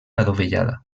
adovellada